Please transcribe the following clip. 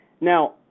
now